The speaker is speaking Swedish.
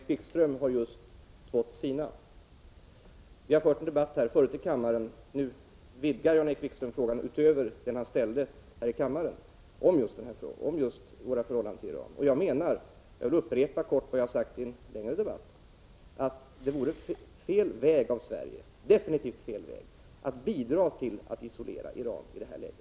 Herr talman! Jan-Erik Wikström har just tvått sina. Vi har fört en debatt förut här i kammaren om våra förhållanden till Iran. Nu vidgar Jan-Erik Wikström frågan utöver den han ställde. Jag vill upprepa helt kort vad jag har sagt i en längre debatt. Jag menar att det absolut vore fel väg för Sverige att bidra till att isolera Iran i det här läget.